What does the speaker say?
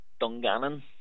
Dungannon